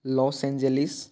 Los Angeles